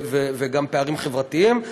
וגם פערים חברתיים,